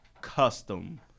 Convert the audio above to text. custom